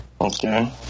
Okay